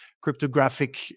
cryptographic